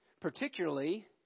particularly